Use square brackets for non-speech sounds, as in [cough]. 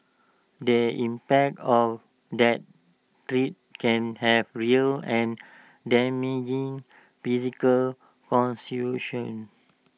the impact of that threat can have real and damaging physical [unintelligible]